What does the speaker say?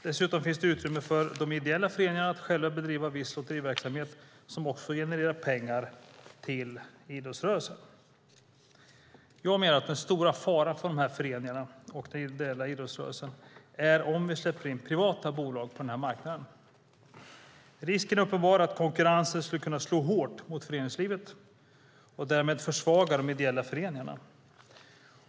Dessutom finns utrymme för de ideella föreningarna att själva bedriva viss lotteriverksamhet som också genererar pengar till idrottsrörelsen. Den stora faran för dessa föreningar och den ideella idrottsrörelsen är om vi släpper in privata bolag på marknaden. Risken är uppenbar att konkurrensen skulle kunna slå hårt mot föreningslivet och därmed försvaga de ideella föreningarna.